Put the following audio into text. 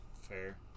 fair